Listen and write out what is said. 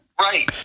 Right